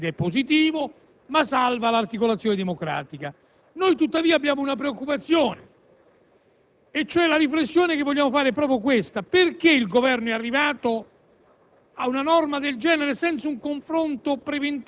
certamente incide sui costi, il che è positivo, ma salva l'articolazione democratica. Il mio Gruppo, tuttavia, ha una preoccupazione e la riflessione che voglio fare è proprio questa: perché il Governo è arrivato